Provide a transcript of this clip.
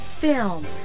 film